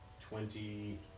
Twenty